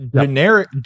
generic